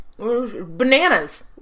Bananas